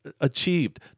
achieved